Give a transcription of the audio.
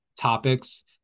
topics